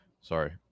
Sorry